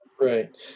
Right